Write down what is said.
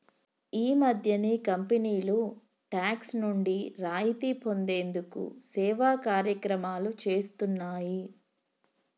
ఈ మధ్యనే కంపెనీలు టాక్స్ నుండి రాయితీ పొందేందుకు సేవా కార్యక్రమాలు చేస్తున్నాయి